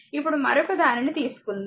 ఇప్పుడు మరొక దానిని తీసుకుందాం